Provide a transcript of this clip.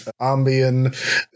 ambient